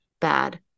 bad